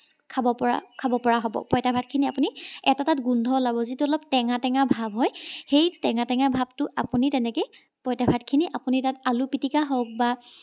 খাব পৰা খাব পৰা হ'ব পঁইতা ভাতখিনি আপুনি এটা তাত গোন্ধ ওলাব যিটো অলপ টেঙা টেঙা ভাৱ হয় সেই টেঙা টেঙা ভাৱটো আপুনি তেনেকৈয়ে পঁইতা ভাতখিনি আপুনি তাত আলু পিটিকা হওক বা